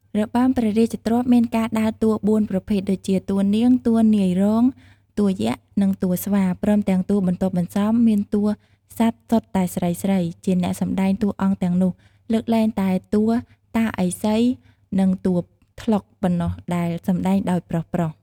របាំព្រះរាជទ្រព្យមានការដើរតួបួនប្រភេទដូចជា តួនាង តួនាយរោង តួយក្ស និងតួស្វា ព្រមទាំងតួបន្ទាប់បន្សំ មានតួសត្វសុទ្ធតែស្រីៗ ជាអ្នកសម្តែងតួអង្គទាំងនោះ លើកលែងតែតួតាឥសី និងតួត្លុកប៉ុណ្ណោះដែល សម្តែងដោយប្រុសៗ។